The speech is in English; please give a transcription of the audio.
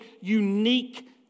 unique